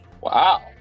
Wow